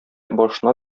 башына